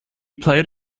played